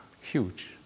huge